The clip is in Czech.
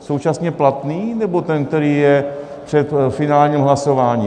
Současně platný, nebo ten, který je před finálním hlasováním?